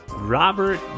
Robert